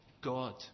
God